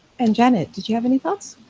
and janet, did you have any thoughts?